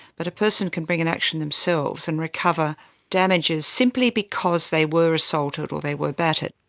but a person can bring an action themselves and recover damages simply because they were assaulted or they were battered.